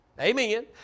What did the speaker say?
Amen